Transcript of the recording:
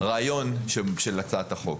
לרעיון של הצעת החוק.